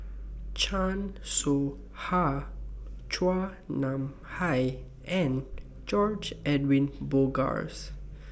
Chan Soh Ha Chua Nam Hai and George Edwin Bogaars